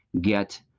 get